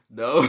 no